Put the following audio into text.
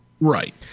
Right